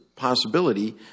possibility